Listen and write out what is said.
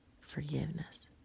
forgiveness